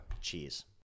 Cheers